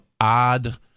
odd